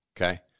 Okay